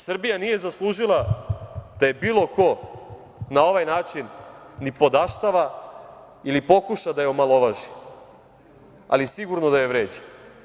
Srbija nije zaslužila da je bilo ko na ovaj način nipodaštava ili pokuša da je omalovaži, ali sigurno da je vređa.